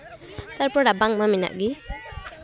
ᱛᱟᱨᱯᱚᱨ ᱨᱟᱵᱟᱝ ᱢᱟ ᱢᱮᱱᱟᱜ ᱜᱮ